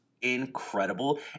incredible